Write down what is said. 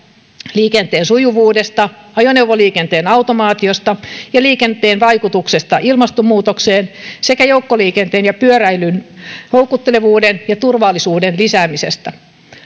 liikenteen sujuvuudesta ajoneuvoliikenteen automaatiosta ja liikenteen vaikutuksesta ilmastonmuutokseen sekä joukkoliikenteen ja pyöräilyn houkuttelevuuden ja turvallisuuden lisäämisestä